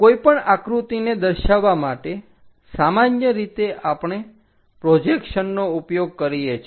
કોઈપણ આકૃતિને દર્શાવવા માટે સામાન્ય રીતે આપણે પ્રોજેક્શનનો ઉપયોગ કરીએ છીએ